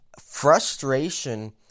Frustration